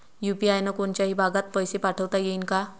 UPI न कोनच्याही भागात पैसे पाठवता येईन का?